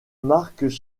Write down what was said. marques